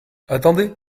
attendez